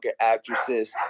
actresses